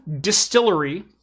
distillery